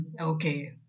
Okay